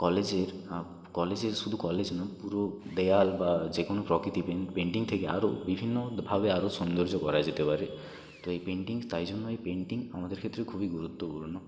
কলেজের কলেজের শুধু কলেজ না পুরো দেয়াল বা যে কোনও প্রকৃতিবিন পেন্টিং থেকে আরও বিভিন্নভাবে আরও সৌন্দর্য করা যেতে পারে তো এই পেন্টিং তাই জন্যই পেন্টিং আমাদের ক্ষেত্রে খুবই গুরুত্বপূর্ণ